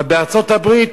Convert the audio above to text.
אבל בארצות-הברית,